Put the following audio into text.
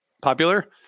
popular